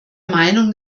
meinung